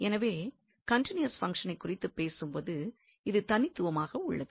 எனவே கன்டினியூவஸ் பங்ஷனைக் குறித்துப் பேசும்போது இது தனித்துவமாக உள்ளது